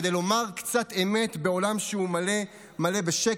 כדי לומר קצת אמת בעולם שהוא מלא בשקר.